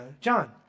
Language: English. john